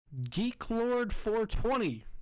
Geeklord420